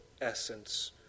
essence